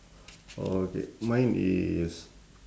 okay mine is